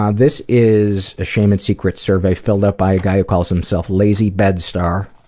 ah this is a shame and secrets survey filled out by a guy who calls himself lazy bed star.